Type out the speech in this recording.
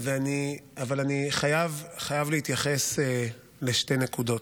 אבל אני חייב להתייחס לשתי נקודות,